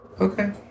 Okay